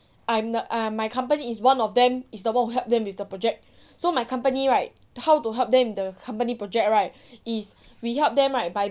I'm the I'm my company is one of them is the one who helped them with the project so my company right how to help them with the company project right is we help them right by